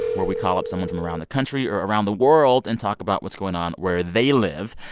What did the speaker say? where we call up someone from around the country or around the world and talk about what's going on where they live.